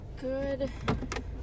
Good